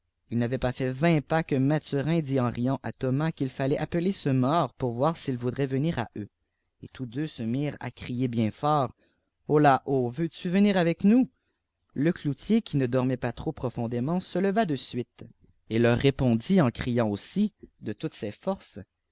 ils n'avaient pas fait vingt pas que mathurin dit en riant à thomas qu'il fallait appeler ce irôrt pour voir s'il voudrait venir à eux et tous deux se mirent à crier oieiîl fort hola ho veux-tu venir avec nous le cloutier qui ne dormait pas trop profondément se leva de suite et leur répon des tavràms éi dit en crhnt aussi de toutes ses forces